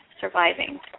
surviving